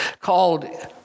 called